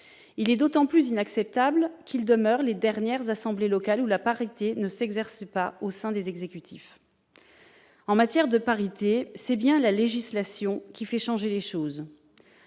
Il est donc d'autant plus inacceptable qu'ils demeurent les dernières assemblées locales où la parité ne s'exerce pas au sein des exécutifs. En matière de parité, c'est bien la législation qui fait changer les choses.